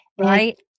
Right